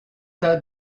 tas